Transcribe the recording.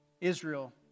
Israel